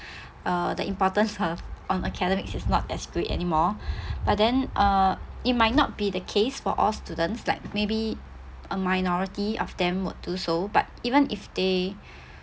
uh the importance of on academics is not as great anymore but then uh it might not be the case for all students like maybe a minority of them would do so but even if they